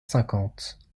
cinquante